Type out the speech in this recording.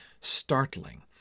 startling